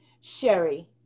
Sherry